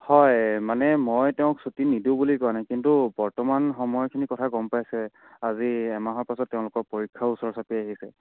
হয় মানে মই তেওঁক ছুটী নিদিওঁ বুলি কোৱা নাই কিন্তু বৰ্তমান সময়খিনি কথা গ'ম পাইছে আজি এমাহৰ পাছত তেওঁলোকৰ পৰীক্ষাও ওচৰ চাপি আহি আছে